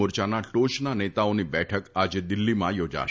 મોરચાના ટોચના નેતાઓની બેઠક આજે દિલ્હીમાં યોજાશે